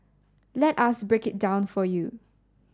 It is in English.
let us break it down for you